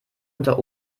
unter